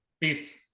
Peace